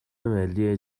ملی